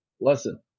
lesson